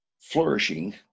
flourishing